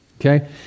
Okay